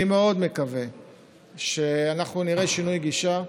אני מאוד מקווה שאנחנו נראה שינוי גישה,